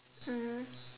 mmhmm